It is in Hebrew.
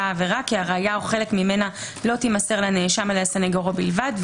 העבירה כי הראיה או חלק ממנה לא תימסר לנאשם אלא לסנגוריה בלבד.